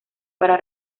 para